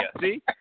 See